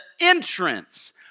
entrance